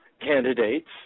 candidates